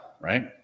right